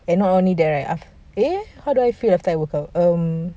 and not only that right eh how do I feel when I woke up um